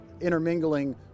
intermingling